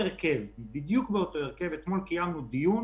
בדיוק באותו הרכב אתמול קיימנו דיון